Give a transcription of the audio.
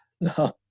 No